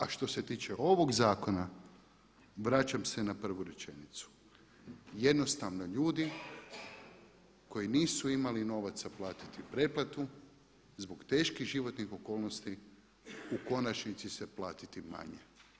A što se tiče ovog zakona vraćam se na prvu rečenicu, jednostavno ljudi koji nisu imali novaca platiti pretplatu zbog teških životnih okolnosti u konačnici se platiti manje.